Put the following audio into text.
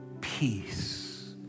peace